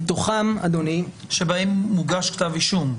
בהם מוגש כתב אישום.